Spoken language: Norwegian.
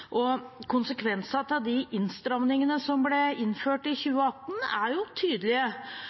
av de innstrammingene som ble innført i 2018, er tydelige.